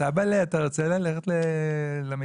סבא'לה, אתה רוצה ללכת למטבח?